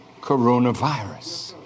coronavirus